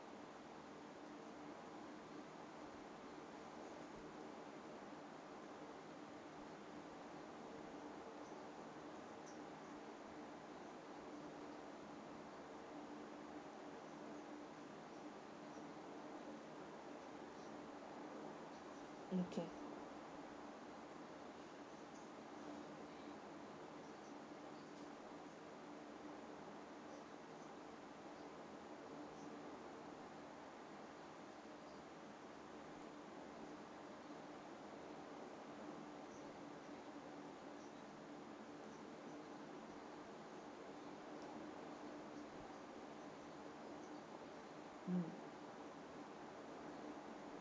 okay mm